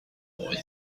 boy